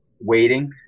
waiting